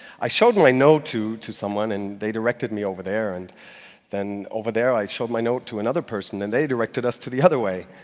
i showed my note to to someone and they directed me over there. and then over there, i showed my note to another person, and they directed us to the other way.